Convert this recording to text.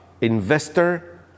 investor